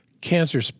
cancer